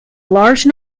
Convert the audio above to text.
large